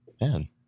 Man